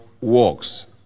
works